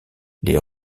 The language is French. les